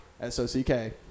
S-O-C-K